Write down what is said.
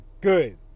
good